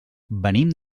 venim